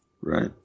right